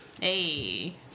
Hey